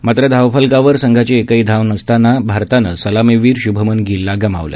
मात्र धावफलकावर संघाची एकही धाव नसताना भारतानं सलामीवीर शुभमन गीलला गमावलं